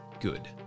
good